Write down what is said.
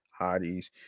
hotties